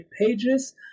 pages